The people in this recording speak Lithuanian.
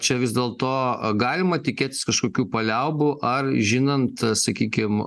čia vis dėlto galima tikėtis kažkokių paliaubų ar žinant sakykim